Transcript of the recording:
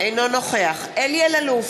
אינו נוכח אלי אלאלוף,